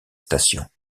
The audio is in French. stations